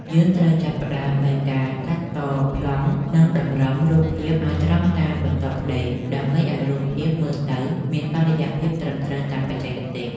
យើងត្រូវចាប់ផ្ដើមដោយការ កាត់តប្លង់ និងតម្រឹមរូបភាពឱ្យត្រង់តាមបន្ទាត់ផ្តេក ដើម្បីឱ្យរូបភាពមើលទៅមានតុល្យភាពត្រឹមត្រូវតាមបច្ចេកទេស។